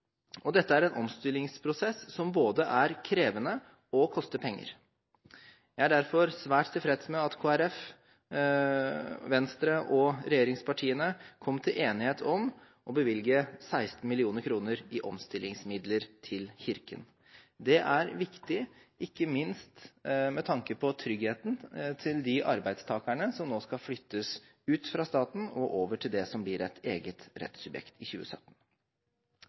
organisasjonen. Dette er en omstillingsprosess som både er krevende og koster penger. Jeg er derfor svært tilfreds med at Kristelig Folkeparti, Venstre og regjeringspartiene kom til enighet om å bevilge 16 mill. kr i omstillingsmidler til Kirken. Det er viktig, ikke minst med tanke på tryggheten til de arbeidstakerne som nå skal flyttes ut fra staten og over til det som blir et eget rettssubjekt i 2017.